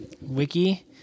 Wiki